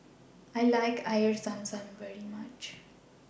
I like Air Zam Zam very much